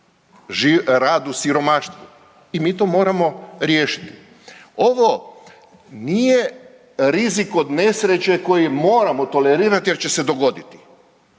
Rad u siromaštvu i mi to moramo riješiti. Ovo nije rizik od nesreće koji moramo tolerirati jer će se dogoditi.